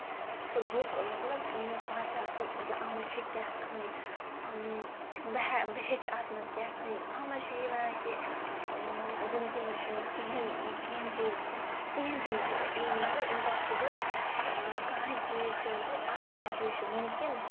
سۄ بُک مطلب مےٚ باسیٚو کہِ مطلب اَتھ منٛز چھُ کیاہ تانۍ بہٕ ہیٚچھِ اَتھ منٛز کیاہ تانۍ اَتھ منٛز چھُ یہِ وَنان کہِ زندگی منٛز چھُ نہٕ کِہینۍ کِہینۍ چیٖز کِہینی چھُ نہٕ مطلب اِمپاسِبٕل کٔہینۍ چیٖز چھُ مطلب ہر کانٛہہ چیٖز چھُ مُمکِن